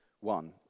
one